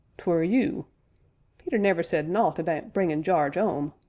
twere you peter never said nowt about bringin' jarge ome